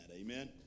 amen